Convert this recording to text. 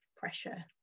pressure